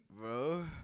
bro